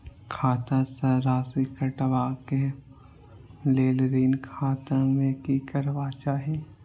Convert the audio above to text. खाता स राशि कटवा कै लेल ऋण खाता में की करवा चाही?